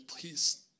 please